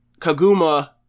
Kaguma